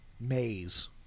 maze